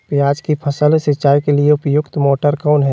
प्याज की फसल सिंचाई के लिए उपयुक्त मोटर कौन है?